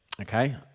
Okay